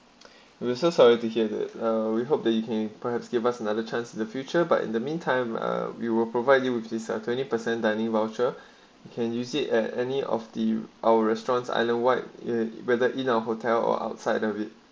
we are so sorry to hear than uh we hope that you can perhaps give us another chance the future but in the meantime uh we will provide you with this ah twenty percent dining voucher you can use it at any of the our restaurants islandwide whether in our hotel or outside of it